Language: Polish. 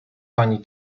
pani